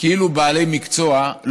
כאילו בעלי מקצוע,